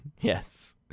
Yes